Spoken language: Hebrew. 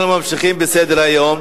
אנחנו ממשיכים בסדר-היום: